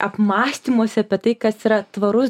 apmąstymuose apie tai kas yra tvarus